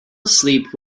asleep